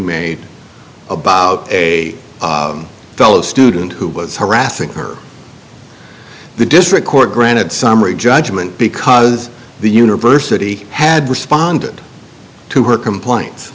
made about a fellow student who was harassing her the district court granted summary judgment because the university had responded to her complain